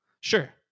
Sure